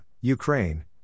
Ukraine